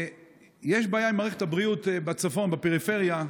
יש בעיה עם מערכת הבריאות בצפון, בפריפריה.